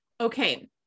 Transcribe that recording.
Okay